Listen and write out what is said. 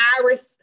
Iris